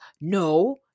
no